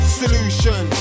solution